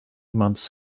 months